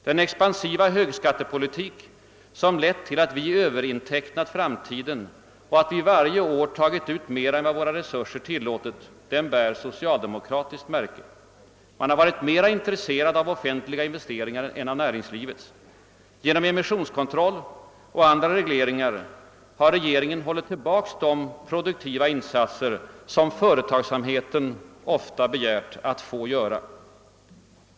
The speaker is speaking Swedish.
Den expansiva högskattepolitik, som lett till att vi överintecknat framtiden och varje år tagit ut mera än vad våra resurser tilllåtit, bär socialdemokraternas märke. Man har varit mera intresserad av offentliga investeringar än av näringslivets. Genom emissionskontroll och andra regleringar har regeringen hållit tillbaka de produktiva insatser som företagsamheten begärt att få göra.